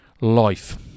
life